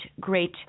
great